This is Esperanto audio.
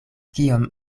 kiom